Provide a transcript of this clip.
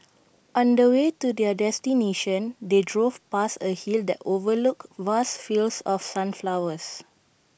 on the way to their destination they drove past A hill that overlooked vast fields of sunflowers